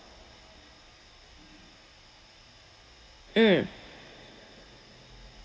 mm